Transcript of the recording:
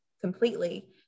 completely